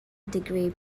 degree